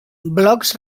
blocs